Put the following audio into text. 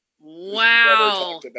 Wow